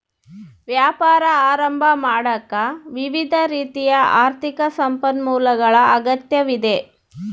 ವ್ಯಾಪಾರ ಆರಂಭ ಮಾಡಾಕ ವಿವಿಧ ರೀತಿಯ ಆರ್ಥಿಕ ಸಂಪನ್ಮೂಲಗಳ ಅಗತ್ಯವಿದೆ